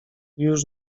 już